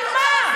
על מה?